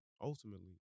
ultimately